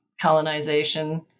colonization